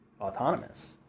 autonomous